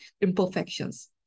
imperfections